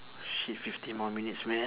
shit fifteen more minutes man